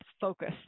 focus